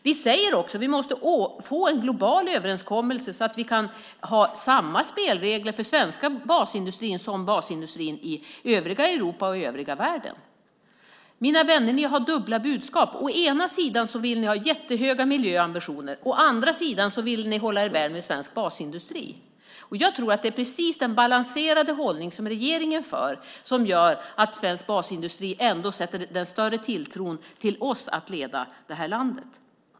Vi säger också att vi måste få en global överenskommelse så att den svenska basindustrin kan ha samma spelregler som basindustrin i övriga Europa och i övriga världen. Mina vänner, ni har dubbla budskap. Å ena sidan vill ni ha jättehöga miljöambitioner. Å andra sidan vill ni hålla er väl med svensk basindustri. Jag tror att det är den svenska regeringens balanserade hållning som gör att svensk basindustri känner större tilltro till oss när det gäller att leda det här landet.